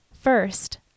First